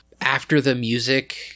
after-the-music